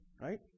Right